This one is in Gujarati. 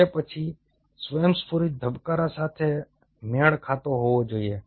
તે પછી સ્વયંસ્ફુરિત ધબકારા સાથે મેળ ખાતો હોવો જોઈએ